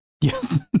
Yes